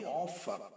offer